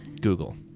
Google